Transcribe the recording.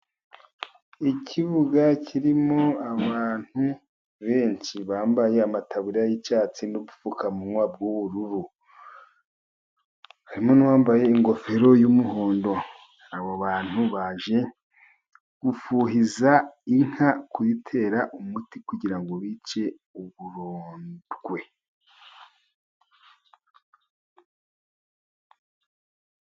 Ikibuga kirimo abantu benshi bambaye amataburiya y'icyatsi, n'ubupfukamunwa bw'ubururu. Harimo n'uwambaye ingofero y'umuhondo. Abo bantu baje gufuhiza inka, kuyitera umuti kugirango bice uburondwe.